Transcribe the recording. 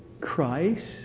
Christ